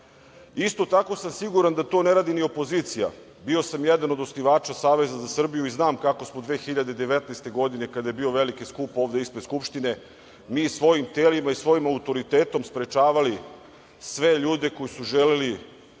Isto tako sam siguran da to ne radi ni opozicija. Bio sam jedan o od osnivača Saveza za Srbiju i znam kako smo 2019. godine, kada je bio veliki skup ovde ispred Skupštine mi svojim telima i svojim autoritetom sprečavali sve ljudi koji su želeli